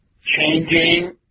Changing